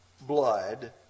blood